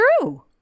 true